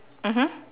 mmhmm